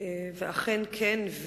אכן כן.